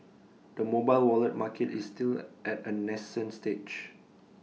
the mobile wallet market is still at A nascent stage